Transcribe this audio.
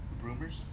Rumors